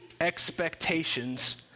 expectations